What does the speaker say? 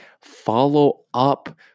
Follow-up